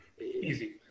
easy